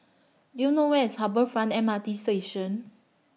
Do YOU know Where IS Harbour Front M R T Station